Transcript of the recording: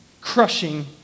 crushing